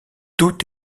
tout